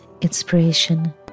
inspiration